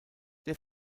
der